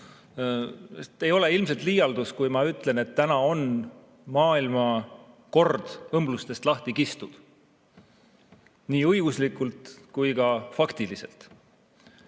Ei ole ilmselt liialdus, kui ma ütlen, et täna on maailmakord õmblustest lahti kistud, nii õiguslikult kui ka faktiliselt.